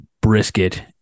brisket